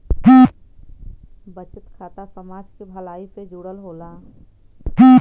बचत खाता समाज के भलाई से जुड़ल होला